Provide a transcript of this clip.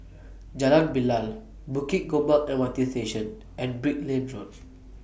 Jalan Bilal Bukit Gombak MRT Station and Brickland Road